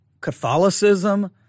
Catholicism